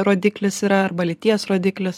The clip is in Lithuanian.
rodiklis yra arba lyties rodiklis